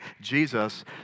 Jesus